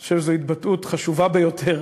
אני חושב שזאת התבטאות חשובה ביותר,